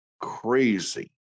crazy